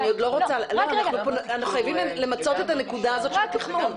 אני עוד לא רוצה --- אנחנו חייבים למצות את הנקודה הזאת של התכנון.